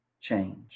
change